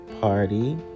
party